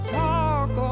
talk